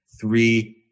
three